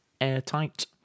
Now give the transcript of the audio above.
airtight